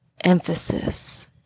emphasis